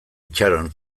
itxaron